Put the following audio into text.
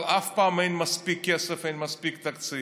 אבל אף פעם אין מספיק כסף, אין מספיק תקציב,